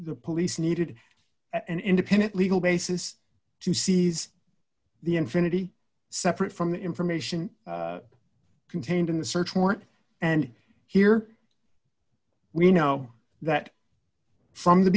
the police needed an independent legal basis to seize the infiniti separate from the information contained in the search warrant and here we know that from the